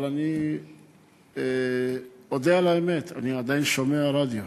אבל אני אודה על האמת, אני עדיין שומע רדיו,